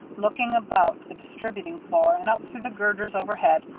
looking about the distributing floor and up through the girders overhead,